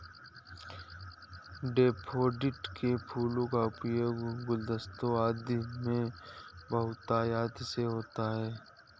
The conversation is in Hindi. डैफोडिल के फूलों का उपयोग गुलदस्ते आदि में बहुतायत से होता है